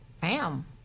bam